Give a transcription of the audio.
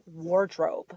Wardrobe